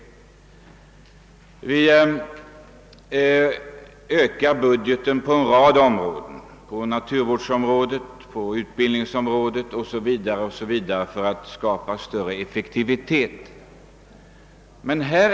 Budgetramen har ökat på en rad områden — på naturvårdsområdet, utbildningsområdet 0. s. v. — varigenom större effektivitet skapas där.